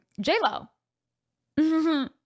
J-Lo